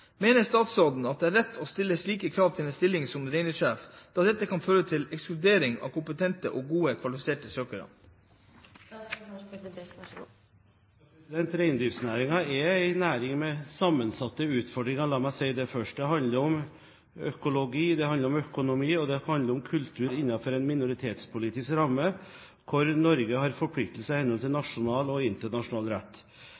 Mener statsråden det er rett å sette slike krav til en stilling som reindriftssjef, da dette vil føre til en ekskludering av kompetente og godt kvalifiserte søkere?» Reindriftsnæringen er en næring med sammensatte utfordringer – la meg si det først. Det handler om økologi, det handler om økonomi, og det handler om kultur innenfor en minoritetspolitisk ramme hvor Norge har forpliktelser i henhold til